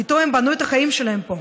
איתו הם בנו את החיים שלהם פה,